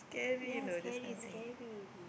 ya scary it's scary